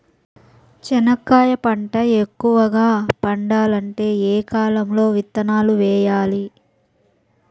చెనక్కాయ పంట ఎక్కువగా పండాలంటే ఏ కాలము లో విత్తనాలు వేయాలి?